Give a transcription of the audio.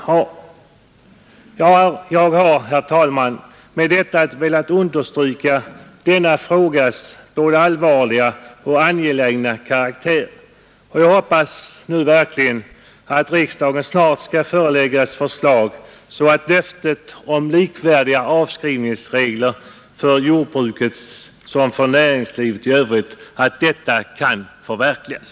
korta restiden på Jag har, herr talman, med detta velat understryka denna frågas både järnväg mellan allvarliga och angelägna karaktär, och jag hoppas verkligen att riksdagen Övre Norrland och Mellansverige snart skall föreläggas förslag så att löftet om likvärdiga avskrivningsregler för jordbruket i jämförelse med näringslivet i övrigt, kan förverkligas.